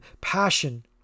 passion